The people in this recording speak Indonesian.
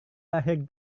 lahir